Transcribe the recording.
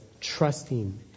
trusting